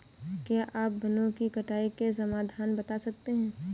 क्या आप वनों की कटाई के समाधान बता सकते हैं?